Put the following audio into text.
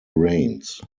rains